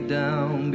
down